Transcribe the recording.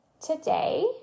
today